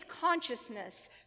consciousness